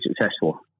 successful